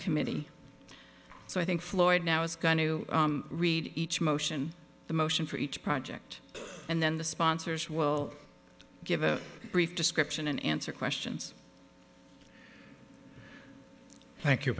committee so i think floyd now is going to read each motion the motion for each project and then the sponsors will give a brief description and answer questions thank you